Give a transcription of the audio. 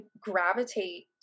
gravitate